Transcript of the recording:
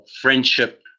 friendship